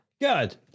Good